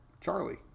Charlie